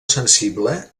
sensible